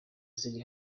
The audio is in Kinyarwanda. ziri